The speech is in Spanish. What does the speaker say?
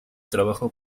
trabajo